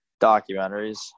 documentaries